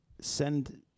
send